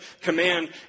command